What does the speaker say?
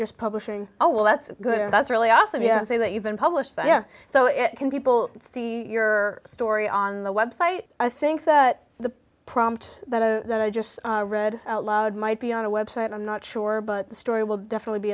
just publishing oh well that's good that's really awesome you say that you've been published there so it can people see your story on the website i think that the prompt that i just read out loud might be on a website i'm not sure but the story will definitely be